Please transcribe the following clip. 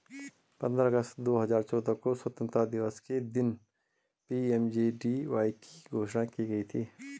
पंद्रह अगस्त दो हजार चौदह को स्वतंत्रता दिवस के दिन पी.एम.जे.डी.वाई की घोषणा की गई थी